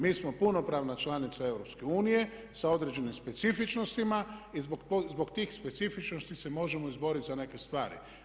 Mi smo punopravna članica EU sa određenim specifičnostima i zbog tih specifičnosti se možemo izboriti za neke stvari.